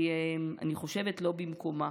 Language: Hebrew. אני חושבת שהיא לא במקומה.